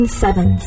seven